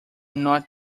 not